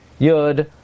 Yud